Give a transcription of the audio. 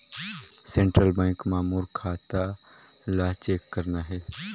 Central bank मां मोर खाता ला चेक करना हे?